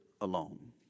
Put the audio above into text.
alone